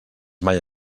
mai